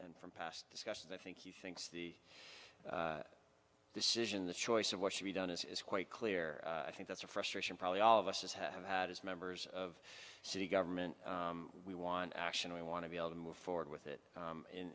and from past discussions that i think he thinks the decision the choice of what should be done is quite clear i think that's a frustration probably all of us have had as members of city government we want action we want to be able to move forward with it